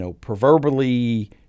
proverbially